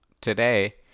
today